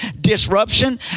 disruption